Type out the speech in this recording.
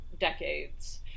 decades